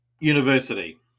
university